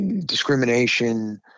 discrimination